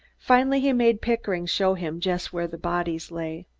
finally he made pickering show him just where the bodies lay.